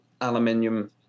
aluminium